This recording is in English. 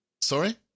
Sorry